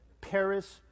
Paris